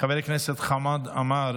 חבר הכנסת חמד עמאר,